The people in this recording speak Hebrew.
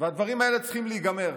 והדברים האלה צריכים להיגמר.